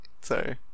sorry